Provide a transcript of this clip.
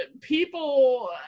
people